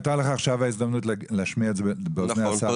הייתה לך עכשיו ההזדמנות להשמיע את זה באוזני השר עצמו.